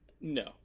No